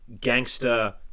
gangster